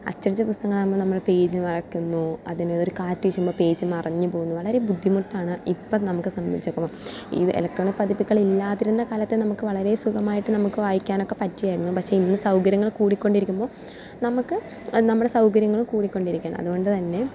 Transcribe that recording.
അച്ചടിച്ച പുസ്തകങ്ങൾ ആവുമ്പോൾ നമ്മള് പേജ് മറിക്കുന്നു അതിന് ഒരു കാറ്റ് വീശുമ്പോൾ പേജ് മറിഞ്ഞു പോകുന്നു വളരെ ബുദ്ധിമുട്ടാണ് ഇപ്പം നമുക്ക് സംബന്ധിച്ച് നോക്കുമ്പോൾ ഇത് ഇലക്ട്രോണിക് പതിപ്പുകളില്ലാതിരുന്ന കാലത്തേ നമുക്ക് വളരെ സുഖമായിട്ട് നമുക്ക് വായിക്കാൻ ഒക്കെ പറ്റിയായിരുന്നു പക്ഷേ ഇന്ന് സൗകര്യങ്ങൾ കൂടിക്കൊണ്ടിരിക്കുമ്പോൾ നമുക്ക് നമ്മുടെ സൗകര്യങ്ങളും കൂടിക്കൊണ്ടിരിക്കുന്നു അതുകൊണ്ടുതന്നെ